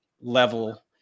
level